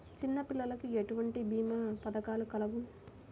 చిన్నపిల్లలకు ఎటువంటి భీమా పథకాలు కలవు?